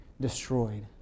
destroyed